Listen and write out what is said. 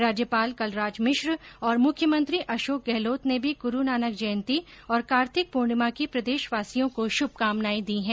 राज्यपाल कलराज मिश्र और मुख्यमंत्री अशोक गहलोत ने भी गुरू नानक जयन्ती और कार्तिक पूर्णिमा की प्रदेशवासियों को शुभकामनायें दी हैं